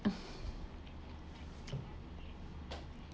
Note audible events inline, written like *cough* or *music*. *noise*